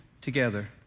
together